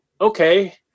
okay